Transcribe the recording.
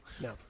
No